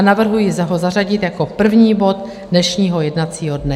Navrhuji ho zařadit jako první bod dnešního jednacího dne.